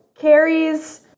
carrie's